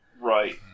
Right